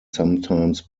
sometimes